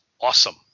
awesome